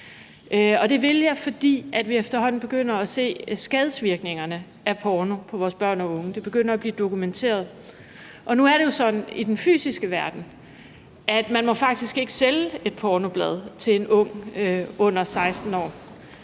det vil jeg, fordi vi efterhånden begynder at se skadevirkningerne af porno på børn og unge, og de begynder at blive dokumenteret. Nu er det jo i den fysiske verden sådan, at man faktisk ikke må sælge et pornoblad til en ung under 16 år,